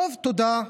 תודה.